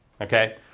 okay